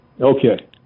Okay